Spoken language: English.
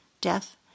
death